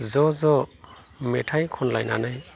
ज' ज' मेथाइ खनलायनानै